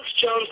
Jones